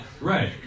Right